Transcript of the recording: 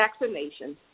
vaccinations